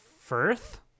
Firth